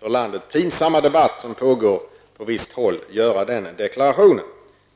för landet pinsamma debatt som har pågått på visst håll vill jag göra den deklarationen.